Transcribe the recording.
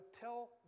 tell